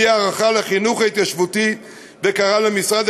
הביעה הערכה כלפי החינוך ההתיישבותי וקראה למשרד